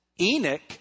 Enoch